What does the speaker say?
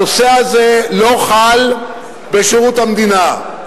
הדבר הזה לא חל בשירות המדינה,